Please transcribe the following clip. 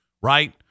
right